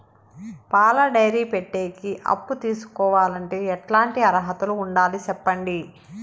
పాల డైరీ పెట్టేకి అప్పు తీసుకోవాలంటే ఎట్లాంటి అర్హతలు ఉండాలి సెప్పండి?